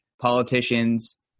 politicians